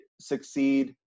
succeed